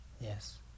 Yes